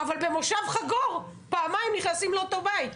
אבל במושב חגור פעמיים נכנסים לאותו בית.